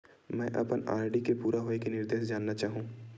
मैं अपन आर.डी के पूरा होये के निर्देश जानना चाहहु